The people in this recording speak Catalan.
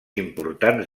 importants